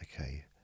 okay